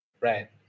Right